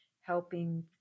helping